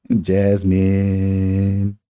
Jasmine